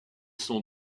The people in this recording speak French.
son